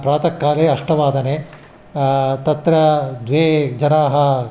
प्रातःकाले अष्टवादने तत्र द्वे जनाः